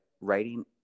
writing